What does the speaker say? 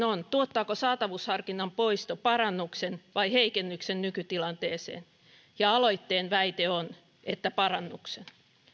on tuottaako saatavuusharkinnan poisto parannuksen vai heikennyksen nykytilanteeseen ja aloitteen väite on että parannuksen